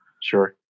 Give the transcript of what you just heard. Sure